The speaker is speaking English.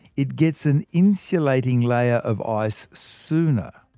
it gets an insulating layer of ice sooner.